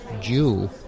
Jew